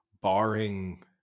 barring